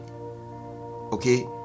okay